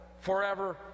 forever